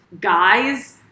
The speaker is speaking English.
guys